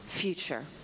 future